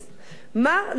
מר נתניהו,